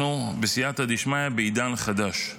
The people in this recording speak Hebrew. אנחנו, בסייעתא דשמיא, בעידן חדש.